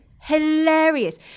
hilarious